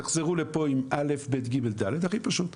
תחזרו לפה עם א' ב' ג' ד' הכי פשוט.